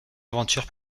aventure